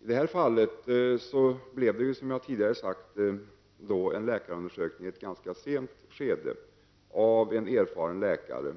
I detta fall blev det ju, vilket jag tidigare har sagt, en läkarundersökning i ett ganska sent skede av en erfaren läkare,